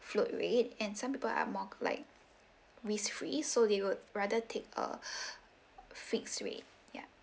float rate and some people are more like risk free so they would rather take err fixed rate ya